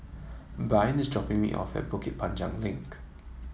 Brian is dropping me off at Bukit Panjang Link